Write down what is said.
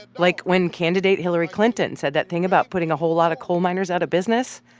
like when candidate hillary clinton said that thing about putting a whole lot of coal miners out of business,